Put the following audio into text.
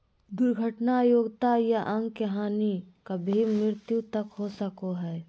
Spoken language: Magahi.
दुर्घटना अयोग्यता या अंग के हानि कभी मृत्यु तक हो सको हइ